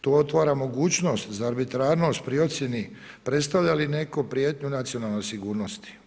Tu otvara mogućnost za arbitrarnost pri ocjeni predstavlja li neko prijetnju nacionalnoj sigurnosti.